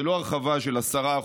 זה לא הרחבה של 10%,